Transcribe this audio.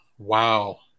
Wow